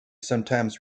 sometimes